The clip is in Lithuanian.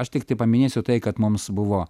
aš tiktai paminėsiu tai kad mums buvo